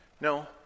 No